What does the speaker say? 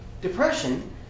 depression